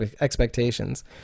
expectations